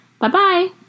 Bye-bye